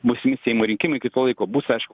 būsimi seimo rinkimai iki to laiko bus aišku